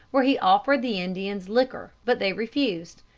where he offered the indians liquor, but they refused.